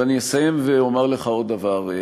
ואני אסיים ואומר לך עוד דבר.